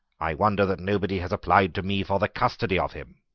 i wonder that nobody has applied to me for the custody of him.